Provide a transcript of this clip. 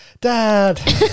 dad